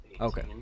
Okay